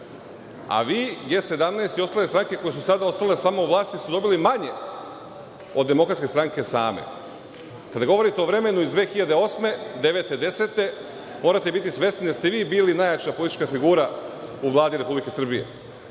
a vi, G17 plus i ostale stranke koje su sada ostale samo u vlasti su dobili manje od DS same. Kada govorite o vremenu iz 2008, 2009, 2010. godine, morate biti svesni da ste vi bili najjača politička figura u Vladi Republike Srbije,